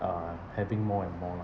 are having more and more lah